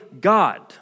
God